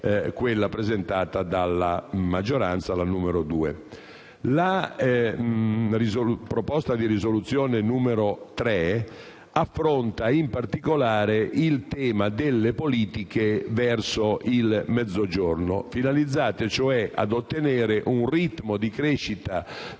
n. 2, presentata dalla maggioranza. La proposta di risoluzione n. 3 affronta, in particolare, il tema delle politiche verso il Mezzogiorno finalizzate, cioè, ad ottenere un ritmo di crescita